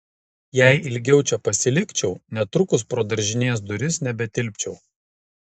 jei ilgiau čia pasilikčiau netrukus pro daržinės duris nebetilpčiau